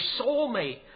soulmate